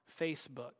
Facebook